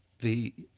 the